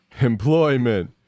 Employment